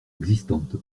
existante